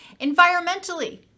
environmentally